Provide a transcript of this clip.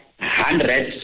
hundreds